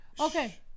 Okay